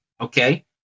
okay